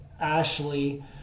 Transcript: Ashley